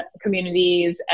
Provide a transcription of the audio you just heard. communities